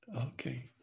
Okay